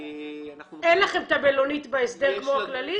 אין לכם את המלונית בהסדר, כמו בכללית?